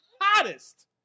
hottest